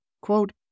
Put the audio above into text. Quote